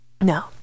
No